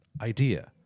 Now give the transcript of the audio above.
idea